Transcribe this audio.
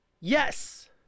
Yes